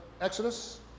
Exodus